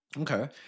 Okay